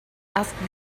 asked